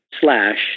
slash